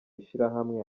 ishirahamwe